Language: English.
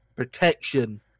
protection